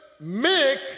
make